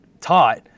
taught